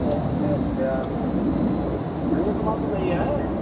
अच्छा अच्छा भैया तुम्हारे तो नहीं है